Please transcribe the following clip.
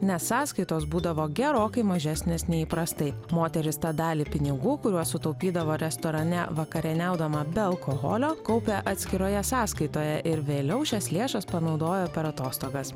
nes sąskaitos būdavo gerokai mažesnės nei įprastai moteris tą dalį pinigų kuriuos sutaupydavo restorane vakarieniaudama be alkoholio kaupė atskiroje sąskaitoje ir vėliau šias lėšas panaudojo per atostogas